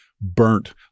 burnt